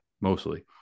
mostly